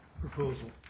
proposal